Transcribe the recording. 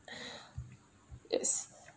yes